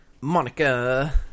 Monica